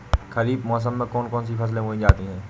खरीफ मौसम में कौन कौन सी फसलें बोई जाती हैं?